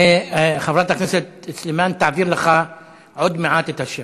חברת הכנסת סלימאן תעביר לך עוד מעט את השם.